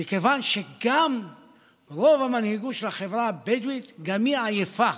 מכיוון שגם רוב המנהיגות של החברה הבדואית עייפה